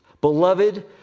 Beloved